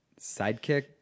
sidekick